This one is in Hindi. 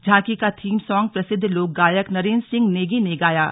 झांकी का थीम सॉन्ग प्रसिद्ध लोकगायक नरेन्द्र सिंह नेगी ने गाया है